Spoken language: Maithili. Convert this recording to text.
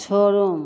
छोड़ू